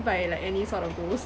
by like any sort of ghost